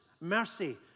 mercy